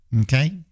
okay